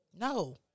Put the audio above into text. No